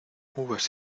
uvas